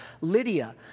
Lydia